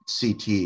CT